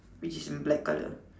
which is in black colour